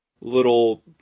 little